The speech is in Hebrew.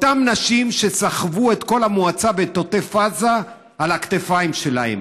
אותן נשים סחבו את כל המועצה ואת עוטף עזה על הכתפיים שלהן.